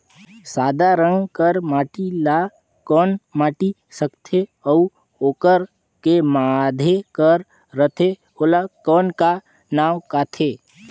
सादा रंग कर माटी ला कौन माटी सकथे अउ ओकर के माधे कर रथे ओला कौन का नाव काथे?